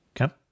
Okay